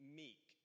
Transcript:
meek